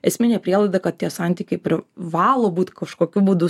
esminė prielaida kad tie santykiai privalo būt kažkokiu būdu sureglamentuoti